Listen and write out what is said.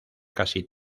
casi